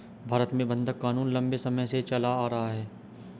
भारत में बंधक क़ानून लम्बे समय से चला आ रहा है